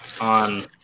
on